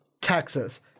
Texas